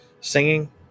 singing